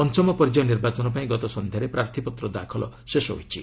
ପଞ୍ଚମ ପର୍ଯ୍ୟାୟ ନିର୍ବାଚନ ପାଇଁ ଗତ ସନ୍ଧ୍ୟାରେ ପ୍ରାର୍ଥୀପତ୍ର ଦାଖଲ ଶେଷ ହୋଇଛି